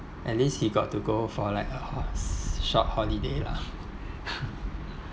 at least he got to go for like a ho~ short holiday lah